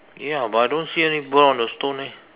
ya but I don't see any bird on the stone eh